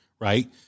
right